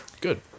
Good